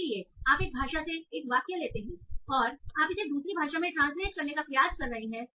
इसलिए आप एक भाषा से एक वाक्य लेते हैं और आप इसे दूसरी भाषा में ट्रांसलेट करने का प्रयास कर रहे हैं